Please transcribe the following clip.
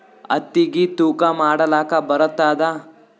ಹತ್ತಿಗಿ ತೂಕಾ ಮಾಡಲಾಕ ಬರತ್ತಾದಾ?